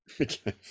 okay